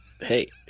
Hey